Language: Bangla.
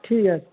ঠিক আছে